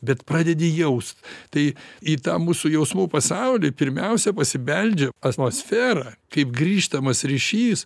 bet pradedi jaust tai į tą mūsų jausmų pasaulį pirmiausia pasibeldžia atmosfera kaip grįžtamas ryšys